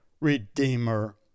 Redeemer